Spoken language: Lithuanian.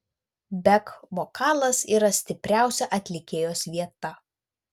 bek vokalas yra stipriausia atlikėjos vieta